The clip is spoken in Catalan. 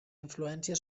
influència